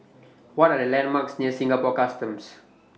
What Are The landmarks near Singapore Customs